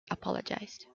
apologised